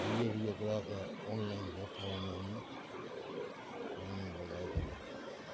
वीह वीह ग्राहक ऑनलाइन वेठा हूंदा आहिनि लाइनूं लॻाए करे